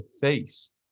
face